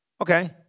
Okay